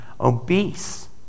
obese